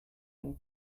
einen